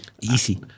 Easy